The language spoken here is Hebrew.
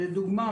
לדוגמה,